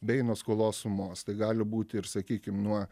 bei nuo skolos sumos tai gali būti ir sakykim nuo